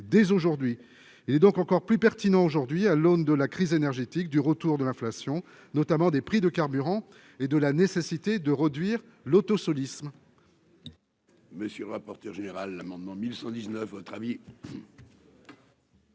Il s'avère encore plus pertinent aujourd'hui à l'aune de la crise énergétique, du retour de l'inflation, de la hausse des prix des carburants et de la nécessité de réduire l'autosolisme.